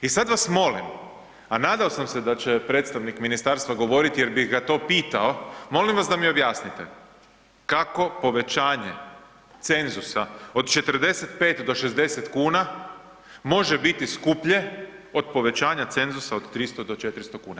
I sad vas molim, a nadao sam se da će predstavnik ministarstva govoriti jer bih ga to pitao, molim vas da mi objasnite, kako povećanje cenzusa od 45 do 60 kn može biti skuplje od povećanja cenzusa od 300 do 400 kuna?